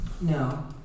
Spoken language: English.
No